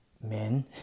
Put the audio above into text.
men